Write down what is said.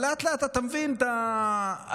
אבל לאט-לאט אתה מבין את הפרוצדורה,